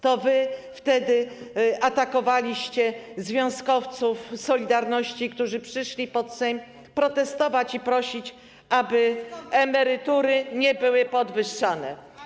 To wy wtedy atakowaliście związkowców „Solidarności”, którzy przyszli pod Sejm protestować i prosić, aby emerytury nie były podwyższane.